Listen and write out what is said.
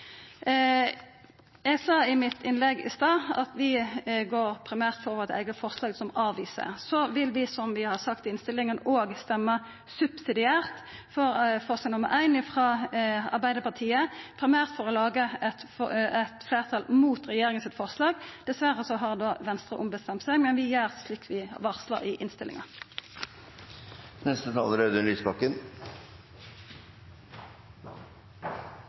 Eg sa i mitt innlegg i stad at vi primært går for vårt eige forslag om å avvisa direktivet. Så vil vi, som vi har sagt i innstillinga, stemma subsidiært for forslag nr. 1, frå Arbeidarpartiet, Kristeleg Folkeparti og Venstre, primært for å laga eit fleirtal mot regjeringa sitt forslag. Dessverre har Venstre ombestemt seg, men vi gjer slik vi varsla i innstillinga. Jeg synes det er